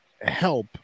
help